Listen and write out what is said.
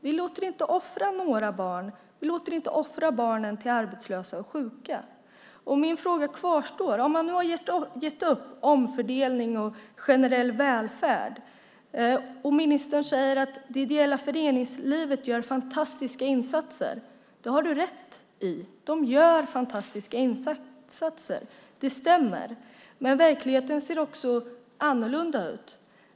Vi låter inte offra några barn. Vi låter inte offra barnen till arbetslösa och sjuka. Min fråga kvarstår. Man har nu gett upp omfördelning och generell välfärd. Ministern säger att det ideella föreningslivet gör fantastiska insatser. Det har du rätt i. De gör fantastiska insatser - det stämmer. Men det finns också andra sidor av verkligheten.